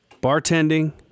bartending